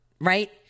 right